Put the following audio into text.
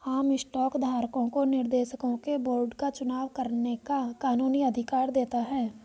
आम स्टॉक धारकों को निर्देशकों के बोर्ड का चुनाव करने का कानूनी अधिकार देता है